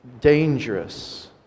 dangerous